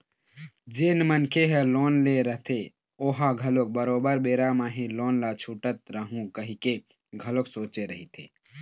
जेन मनखे ह लोन ले रहिथे ओहा घलोक बरोबर बेरा म ही लोन ल छूटत रइहूँ कहिके घलोक सोचे रहिथे